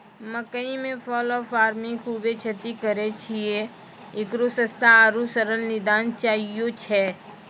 मकई मे fall of army खूबे क्षति करेय छैय, इकरो सस्ता आरु सरल निदान चाहियो छैय?